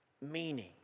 meaning